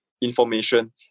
information